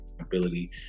ability